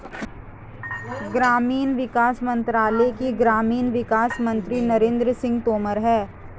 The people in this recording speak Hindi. ग्रामीण विकास मंत्रालय के ग्रामीण विकास मंत्री नरेंद्र सिंह तोमर है